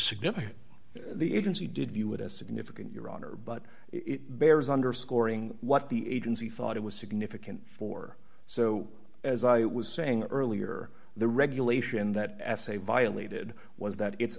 significant the agency did view it as significant your honor but it bears underscoring what the agency thought it was significant for so as i was saying earlier the regulation that i say violated was that it's